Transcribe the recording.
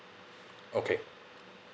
okay